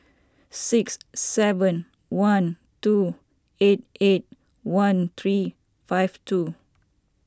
six seven one two eight eight one three five two